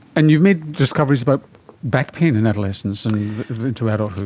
and you've made discoveries about back pain in adolescence and into adulthood.